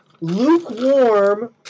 lukewarm